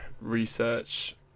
research